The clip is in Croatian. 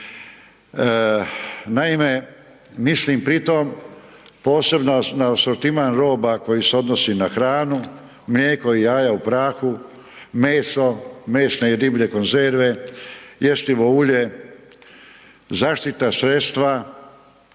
Naime, mislim pri tom posebno na asortiman roba koji se odnosi na hranu, mlijeko i jaja u prahu, meso, mesne i divlje konzerve, jestivo ulje, zaštita sredstva